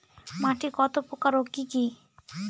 মাটি কত প্রকার ও কি কি?